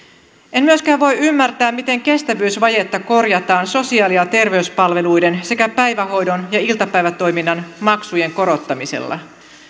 en myöskään voi ymmärtää miten kestävyysvajetta korjataan sosiaali ja terveyspalveluiden sekä päivähoidon ja iltapäivätoiminnan maksujen korottamisella